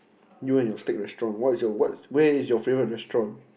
you and your stick restaurant what is your what's where is your favourite restaurant